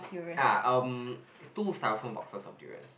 ah um two styrofoam boxes of durians